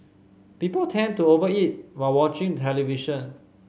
people tend to over eat while watching television